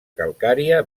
calcària